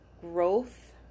growth